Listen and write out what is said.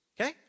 Okay